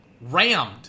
rammed